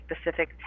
specific